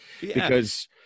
Because-